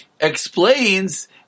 explains